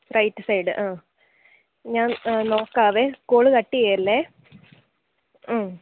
right side ആ ഞാൻ നോക്കാവെ കോള് കട്ട് ചെയ്യല്ലേ ആ